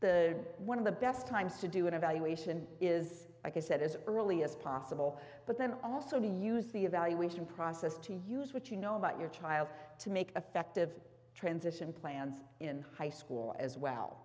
the one of the best times to do an evaluation is i said as early as possible but then also to use the evaluation process to use what you know about your child to make effective transition plans in high school as well